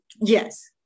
Yes